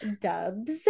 Dubs